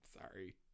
Sorry